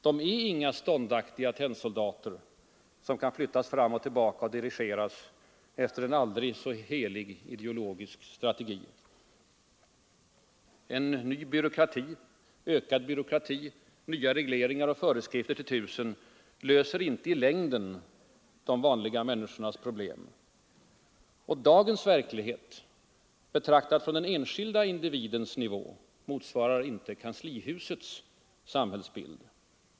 De är inga ståndaktiga tennsoldater, som kan flyttas fram och tillbaka och dirigeras efter en aldrig så helig ideologisk strategi. En ny, ökad byråkrati, nya regleringar och föreskrifter till tusen löser inte i längden de vanliga människornas problem. Dagens verklighet, betraktad från den enskilde individens nivå, motsvarar inte kanslihusets sam hällsbild.